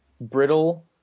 brittle